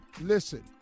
Listen